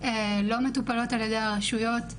לא מטופלות על ידי הרשויות,